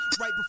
right